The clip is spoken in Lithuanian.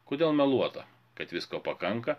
kodėl meluota kad visko pakanka